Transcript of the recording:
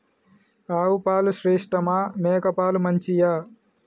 ఆవు పాలు శ్రేష్టమా మేక పాలు మంచియా?